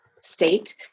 state